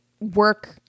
work